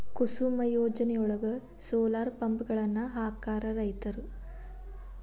ಕುಸುಮ್ ಯೋಜನೆಯೊಳಗ, ಸೋಲಾರ್ ಪಂಪ್ಗಳನ್ನ ಹಾಕಾಕ ರೈತರು, ಪಂಚಾಯತ್ಗಳು, ಸಹಕಾರಿ ಸಂಘಗಳು ಸರ್ಕಾರಕ್ಕ ಅರ್ಜಿ ಸಲ್ಲಿಸಬೋದು